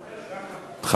וואי, וואי, וואי, וואי.